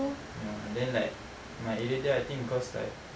ya then like my area there I think because like